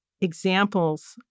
examples